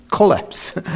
collapse